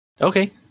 Okay